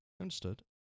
Understood